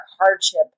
hardship